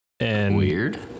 Weird